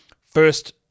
First